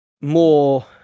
more